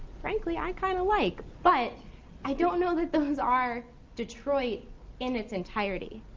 frankly, i kind of like. but i don't know that those are detroit in its entirety.